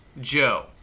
Joe